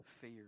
fear